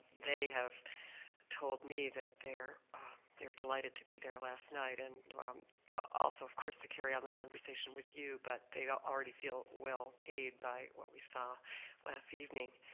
they have told me that they were delighted to be there last night and also of course to carry on the conversation with you but they they already feel well paid by what we saw last evening.